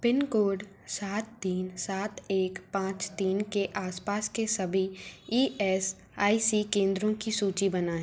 pin code सात तीन सात एक पाँच तीन के आसपास के सभी ई एस आई सी केंद्रों की सूची दिखाएँ